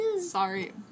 Sorry